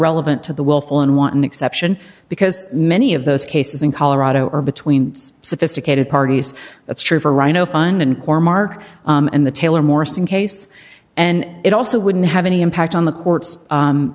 irrelevant to the willful and wanton exception because many of those cases in colorado are between sophisticated parties that's true for rhino fund and poor mark and the taylor morrison case and it also wouldn't have any impact on the court